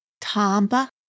Tamba